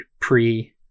pre